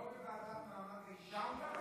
לא אמרת בוועדה למעמד האישה?